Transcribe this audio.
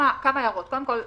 הערות ליואל.